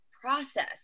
process